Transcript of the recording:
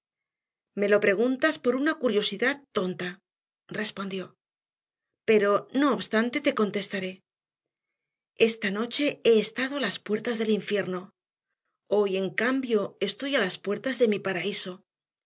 me lo preguntas por una curiosidad tonta respondiópero no obstante te contestaré esta noche he estado a las puertas del infierno hoy en cambio estoy a las puertas de mi paraíso